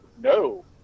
no